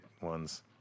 ones